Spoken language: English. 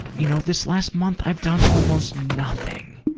you know, this last month i've done almost nothing.